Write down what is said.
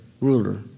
ruler